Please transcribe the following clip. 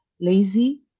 lazy